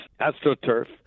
AstroTurf